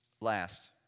Last